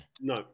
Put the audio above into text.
No